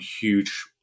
huge